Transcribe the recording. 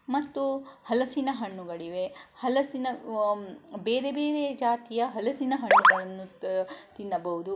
ಮತ್ತು ಹಲಸಿನ ಹಣ್ಣುಗಳಿವೆ ಹಲಸಿನ ಬೇರೆ ಬೇರೆ ಜಾತಿಯ ಹಲಸಿನಹಣ್ಣುಗಳನ್ನು ತಿನ್ನಬಹುದು